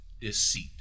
deceit